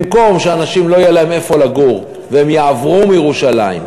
במקום שלאנשים לא יהיה איפה לגור והם יעברו מירושלים,